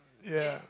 ya